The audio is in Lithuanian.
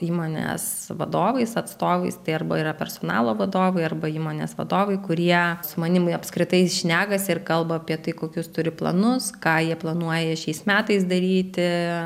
įmonės vadovais atstovais tai arba yra personalo vadovai arba įmonės vadovai kurie su manim apskritai šnekasi ir kalba apie tai kokius turi planus ką jie planuoja šiais metais daryti